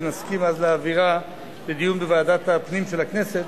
ונסכים אז להעבירה לדיון בוועדת הפנים של הכנסת,